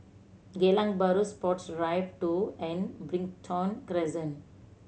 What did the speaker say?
Geylang Bahru Sports Drive Two and Brighton Crescent